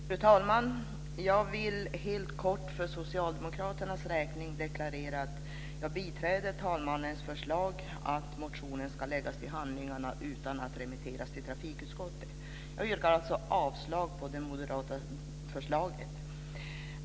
Fru talman! Jag vill helt kort för socialdemokraternas räkning deklarera att jag biträder talmannens förslag att motionen ska läggas till handlingarna utan att remitteras till trafikutskottet. Jag yrkar alltså avslag på det moderata förslaget.